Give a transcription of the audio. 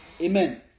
amen